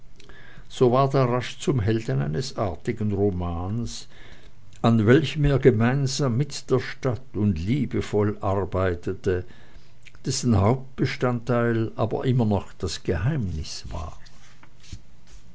so ward er rasch zum helden eines artigen romanes an welchem er gemeinsam mit der stadt und liebevoll arbeitete dessen hauptbestandteil aber immer noch das geheimnis war